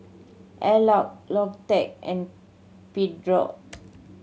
Alcott Logitech and Pedro